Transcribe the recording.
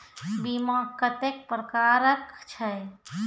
बीमा कत्तेक प्रकारक छै?